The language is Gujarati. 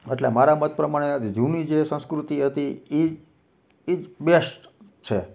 એટલે મારા મત પ્રમાણે આજે જૂની જે સંસ્કૃતિ હતી એ એ જ બેસ્ટ છે